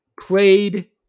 played